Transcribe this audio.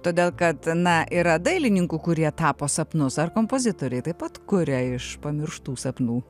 todėl kad na yra dailininkų kurie tapo sapnus ar kompozitoriai taip pat kurią iš pamirštų sapnų